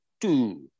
two